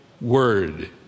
Word